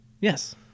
Yes